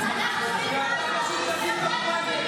עד שיש פה שקט.